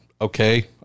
Okay